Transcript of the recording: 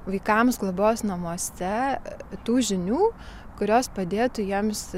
vaikams globos namuose tų žinių kurios padėtų jiems